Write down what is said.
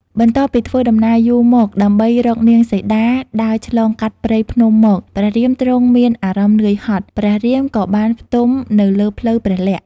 បន្ទាប់ពីធ្វើដំណើរយូរមកដើម្បីរកនាងសីតា ដើរឆ្លងកាត់ព្រៃភ្នំមក ព្រះរាមទ្រង់មានអារម្មណ៍នឿយហត់ ព្រះរាមក៏បានផ្ទំនៅលើភ្លៅព្រះលក្សណ៍។